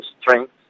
strength